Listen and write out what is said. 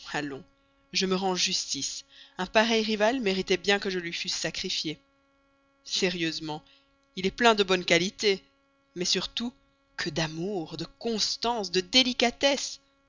je me rends justice un pareil rival méritait bien que je lui fusse sacrifié sérieusement il est plein de bonnes qualités mais surtout que d'amour de constance de délicatesse